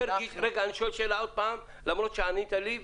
רגע, אני שואל שאלה עוד פעם, למרות שענית לי: